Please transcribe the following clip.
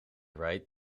right